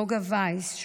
נוגה וייס,